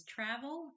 Travel